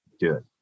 Good